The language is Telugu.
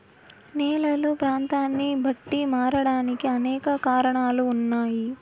నేలలు ప్రాంతాన్ని బట్టి మారడానికి అనేక కారణాలు ఉన్నాయి